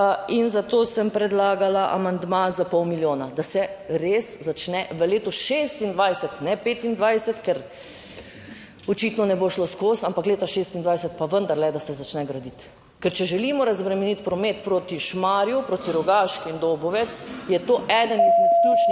in zato sem predlagala amandma za pol milijona, da se res začne v letu 2026, ne 2025, ker očitno ne bo šlo skozi, ampak leta 2026 pa vendarle, da se začne graditi. Ker če želimo razbremeniti promet proti Šmarju, proti Rogaški in Dobovec, je to eden izmed ključnih